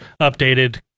updated